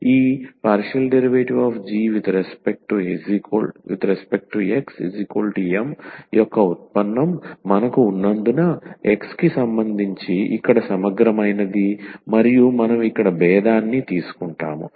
ఈ ∂g∂xM యొక్క ఉత్పన్నం మనకు ఉన్నందున x కి సంబంధించి ఇక్కడ సమగ్రమైనది మరియు మనం ఇక్కడ భేదాన్ని తీసుకుంటాము